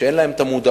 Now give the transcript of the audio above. אין להם המודעות